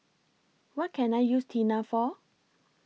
What Can I use Tena For